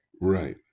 Right